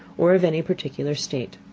or of any particular state.